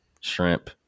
shrimp